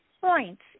points